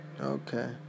Okay